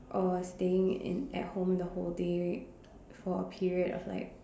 or staying in at home the whole day for a period of like